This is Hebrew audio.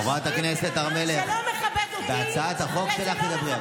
חברת הכנסת הר מלך, בהצעת החוק שלך תדברי.